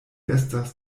estas